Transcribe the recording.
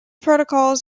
protocols